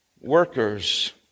workers